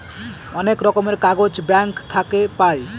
অনেক রকমের কাগজ ব্যাঙ্ক থাকে পাই